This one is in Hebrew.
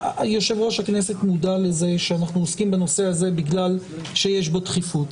יושב-ראש הכנסת מודע לזה שאנחנו עוסקים בנושא הזה בגלל שיש בו דחיפות.